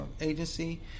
agency